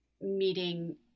meeting